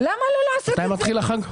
מתי מתחיל החג?